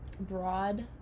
broad